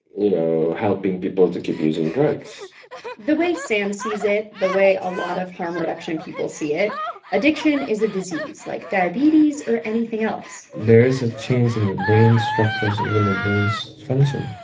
you know, helping people to keep using drugs the way sam sees it the way a lot of harm reduction people see it addiction is a disease, like diabetes or anything else there is a change in the brain's structures, even the brain's function